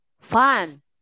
fun